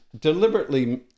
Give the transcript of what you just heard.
deliberately